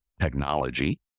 technology